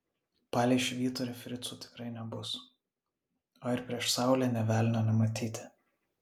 palei švyturį fricų tikrai nebus o ir prieš saulę nė velnio nematyti